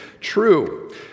true